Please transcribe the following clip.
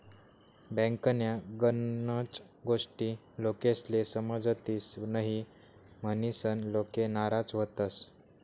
बँकन्या गनच गोष्टी लोकेस्ले समजतीस न्हयी, म्हनीसन लोके नाराज व्हतंस